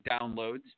downloads